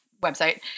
website